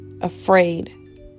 Afraid